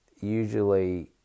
usually